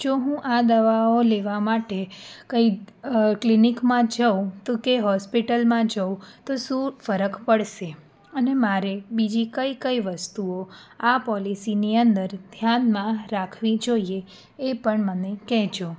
જો હું આ દવાઓ લેવા માટે કંઈ ક્લિનિકમાં જાઉં તો કે હોસ્પિટલમાં જાઉં તો શું ફરક પડશે અને મારે બીજી કઈ કઈ વસ્તુઓ આ પોલિસીની અંદર ધ્યાનમાં રાખવી જોઈએ એ પણ મને કહેજો